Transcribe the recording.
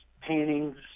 paintings